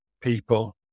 people